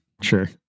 sure